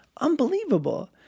unbelievable